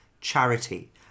Charity